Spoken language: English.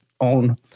own